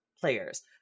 players